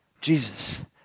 Jesus